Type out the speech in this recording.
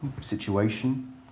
situation